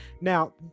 now